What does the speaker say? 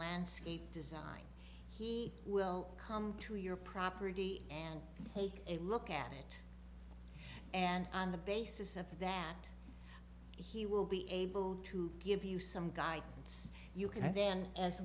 landscape design he will come through your property and take a look at it and on the basis of that he will be able to give you some guidance you can then as